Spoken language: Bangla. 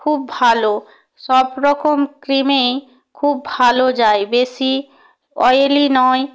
খুব ভালো সব রকম ক্রিমেই খুব ভালো যায় বেশি অয়েলি নয়